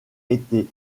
été